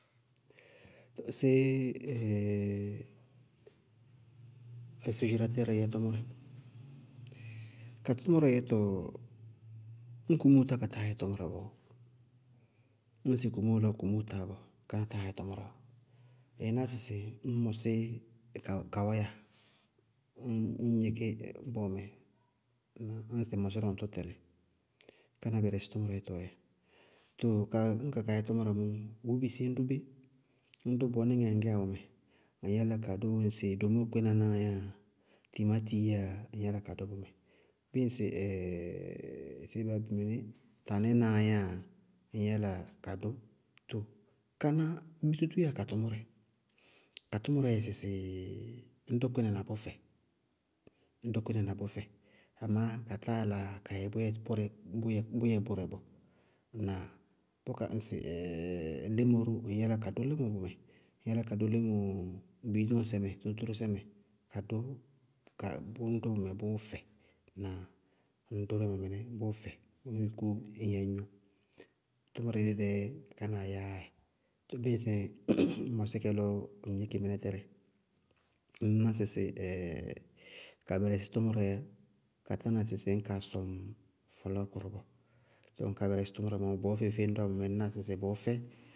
Séé refrijiraatɛɛrɩí yɛ tʋmʋrɛ? Ka tʋmʋrɛ yɛtɔ, ñŋ kumóo tá katáa yɛ tʋmʋrɛ bɔɔ. Ñŋsɩ komóo lɔ kumóo tá, káná táa yɛ tʋmʋrɛ bɔɔ, ɩí ná sɩsɩ ñŋ mɔsí ka wáya, ñŋ ŋ gníkɩ bɔɔmɛ, ñŋ ŋsɩ ŋ mɔsí lɔ ŋtʋ tɛlɩ káná bɛrɛsí tʋmʋrɛ yɛtɔɔ yɛ. Too ka, kakaá tʋmʋrɛ mɔɔ mɔ bʋʋ bisí ñ dʋ bé? Ñ dʋ bɔɔ nɩŋɛɛ ŋŋ gɛyá bʋmɛ, ŋñ yála ka dʋ ŋsɩ domóo kpínanáá yáa, timátii yáa, ŋñ yála ka dʋ bʋmɛ. Bíɩ ŋsɩ séé baá yá bɩ mɩnɩ, tanɛnaá yáa, ŋñ yála ka dʋ. Too káná, bé tútú yáa ka tʋmʋrɛ? Ka tʋmʋrɛɛ dzɛ sɩsɩ ñ dʋ kpínɛ na bʋ fɛ, ñ dʋ kpínɛ na bʋ fɛ. Amá ka táa yála ka yɛ bʋyɛ bʋrɛ, bʋyɛ bʋrɛ bɔɔ. Ŋnáa? Bʋká ŋsɩ límɔ ró ŋñ yála ka dʋ límɔ bʋmɛ, ŋñ yála ka dʋ lɩmɔ biidɔŋsɛ mɛ tóñtórósɛ mɛ, ka dʋ ññ dʋ bʋmɛ bʋʋ fɛ. Ŋñná? Ŋñ dʋ límɔ mɩnɛ bʋʋ fɛ ññ yúkú ñyɛ ŋñgnɔ. Tʋmʋrɛ dídɛɛ kánáa yɛyá dzɛ, too bíɩ ŋsɩ ŋ mɔsí kɛ lɔ ŋ gníkɩ mɩnɛ tɛlɩ ŋñ ná sɩsɩ ka bɛrɛsɩ tʋmʋrɛɛ yá. Ka tána sɩsɩ ñ kaa sɔŋ fɔlɔɔkʋrʋ bɔɔ. Tɔɔ ñ ka bɛrɛsɩ tʋmʋrɛ bɔɔ feé-feé ñ dʋwá bʋmɛ, ŋñ ná sɩsɩ bʋʋ fɛ.